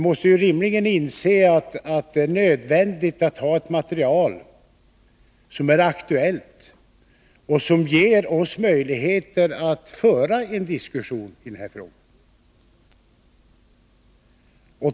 Ni måste ju rimligen inse att det är nödvändigt att ha ett material som är aktuellt och som ger oss möjligheter att föra en diskussion i den här frågan.